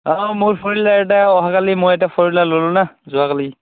অঁ মোৰ four wheeler এটা অহা কালি মই এটা ফোৰ হুইলাৰ ল'লোঁ না যোৱা কালি